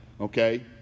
okay